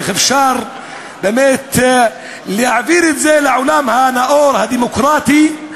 איך אפשר באמת להעביר את זה לעולם הנאור הדמוקרטי?